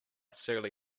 surly